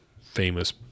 famous